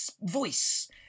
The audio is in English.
voice